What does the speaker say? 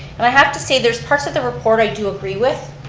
and i have to say there's parts of the report i do agree with,